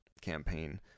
campaign